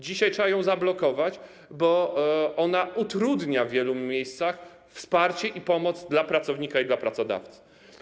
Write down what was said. Dzisiaj trzeba ją zablokować, bo ona utrudnia w wielu miejscach wsparcie i pomoc dla pracownika i dla pracodawcy.